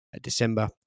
December